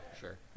Sure